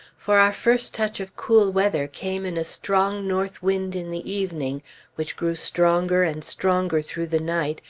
for our first touch of cool weather came in a strong north wind in the evening which grew stronger and stronger through the night,